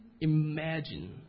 imagine